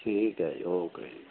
ਠੀਕ ਹੈ ਜੀ ਓਕੇ ਜੀ